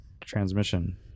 transmission